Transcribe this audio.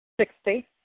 Sixty